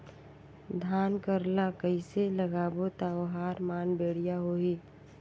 धान कर ला कइसे लगाबो ता ओहार मान बेडिया होही?